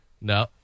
No